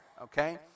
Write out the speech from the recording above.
okay